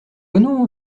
non